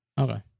okay